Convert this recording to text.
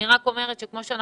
אני רק אומרת שכמו ששמענו,